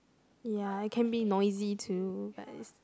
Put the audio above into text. ya it can be noisy too but is